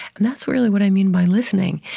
and that's really what i mean by listening.